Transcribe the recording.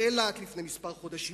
באילת לפני כמה חודשים,